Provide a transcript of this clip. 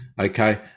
okay